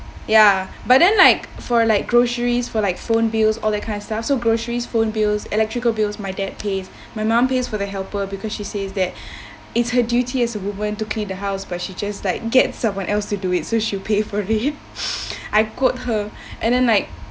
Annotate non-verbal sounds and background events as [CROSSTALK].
ya but then like for like groceries for like phone bills all that kind of stuff so groceries phone bills electrical bills my dad pays my mum pays for the helper because she says that it's her duty as a woman to clean the house but she just like get someone else to do it so she [LAUGHS] pay for it I quote her and then like